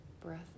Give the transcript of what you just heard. Breath